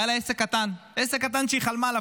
היה לה עסק קטן, עסק קטן שהיא חלמה עליו.